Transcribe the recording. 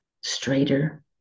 straighter